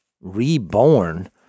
reborn